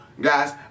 guys